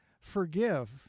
forgive